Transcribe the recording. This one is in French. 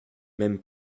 même